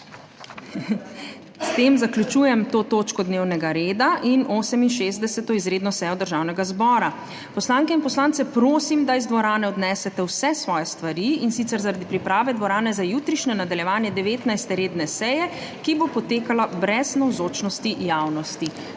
S tem zaključujem to točko dnevnega reda in 68. izredno sejo Državnega zbora. Poslanke in poslance prosim, da iz dvorane odnesete vse svoje stvari in sicer zaradi priprave dvorane za jutrišnje nadaljevanje 19. redne seje, ki bo potekala brez navzočnosti javnosti.